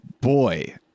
boy